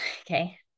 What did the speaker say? okay